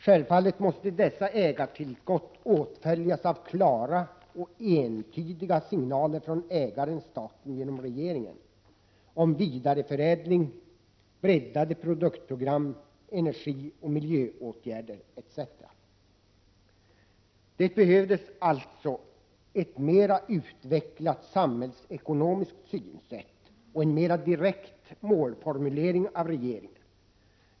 Självfallet måste dessa ägartillskott åtföljas av klara och entydiga signaler från ägaren-staten genom regeringen om vidareförädling, breddade produktprogram, energi och miljöåtgärder, etc. Det behövs alltså ett mer utvecklat samhällsekonomiskt synsätt och en mer direkt målformulering av regeringen.